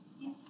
Yes